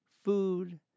food